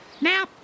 Now